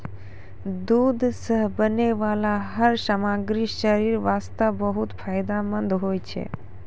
दूध सॅ बनै वाला हर सामग्री शरीर वास्तॅ बहुत फायदेमंंद होय छै